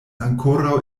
ankoraŭ